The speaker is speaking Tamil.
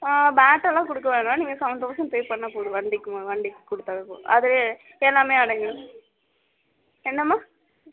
ஆ பேட்டெல்லாம் கொடுக்க வேணாம் நீங்கள் செவன் தௌசண்ட் பே பண்ணால் போதும் வண்டிக்கும்மா வண்டிக்கு கொடுத்தாவே போதும் அதுலேயே எல்லாமே அடங்கிவிடும் என்னம்மா